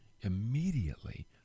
Immediately